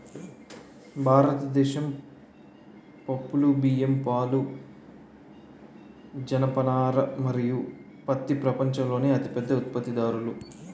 భారతదేశం పప్పులు, బియ్యం, పాలు, జనపనార మరియు పత్తి ప్రపంచంలోనే అతిపెద్ద ఉత్పత్తిదారులు